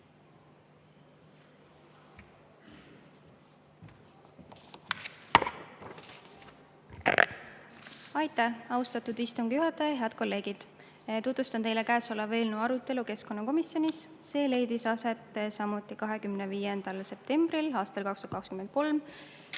Aitäh, austatud istungi juhataja! Head kolleegid! Tutvustan teile käesoleva eelnõu arutelu keskkonnakomisjonis. See leidis aset samuti 25. septembril 2023.